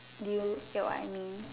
do you get what I mean